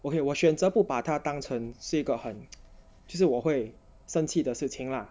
okay 我选择不把它当成 say got 很其实我会生气的事情 lah